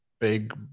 big